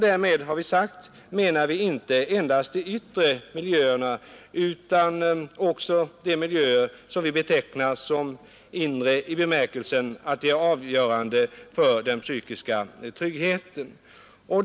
Därmed avser vi inte endast de yttre miljöerna utan också de miljöer som vi betecknar som inre i bemärkelsen av att de är avgörande för den psykiska tryggheten.